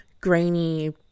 grainy